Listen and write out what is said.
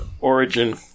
origin